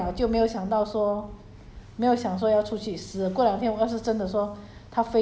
uh then now 已经习 like 习惯 liao 就没有想到说